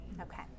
Okay